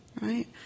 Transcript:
right